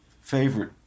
favorite